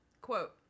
quote